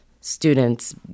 students